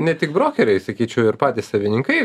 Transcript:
ne tik brokeriai sakyčiau ir patys savininkai